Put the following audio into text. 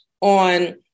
on